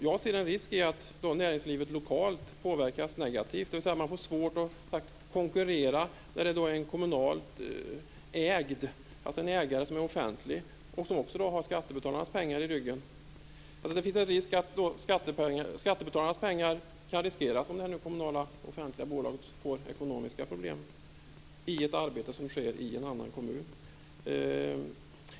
Jag ser en risk i att näringslivet lokalt påverkas negativt, dvs. man får svårt att konkurrera med ett kommunalt ägt företag som har skattebetalarnas pengar i ryggen. Det finns en fara att skattebetalarnas pengar riskeras om det kommunala - offentliga - bolaget får ekonomiska problem i ett arbete som sker i en annan kommun.